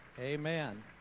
Amen